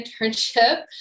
internship